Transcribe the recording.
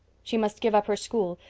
she must give up her school.